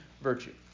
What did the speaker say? virtue